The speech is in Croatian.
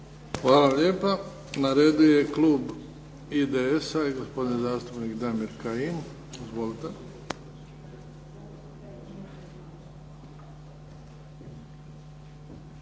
Hvala lijepa. Na redu je Klub IDS-a i gospodin zastupnik Damir Kajin. Izvolite.